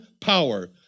power